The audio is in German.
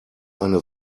eine